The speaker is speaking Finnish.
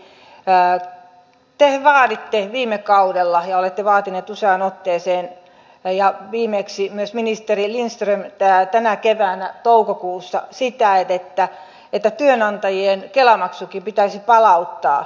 te vaaditte viime kaudella ja olette vaatineet useaan otteeseen ja viimeksi myös ministeri lindström tänä keväänä toukokuussa että työnantajien kela maksukin pitäisi palauttaa